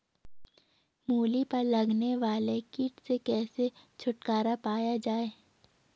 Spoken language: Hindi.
मूली पर लगने वाले कीट से कैसे छुटकारा पाया जाये?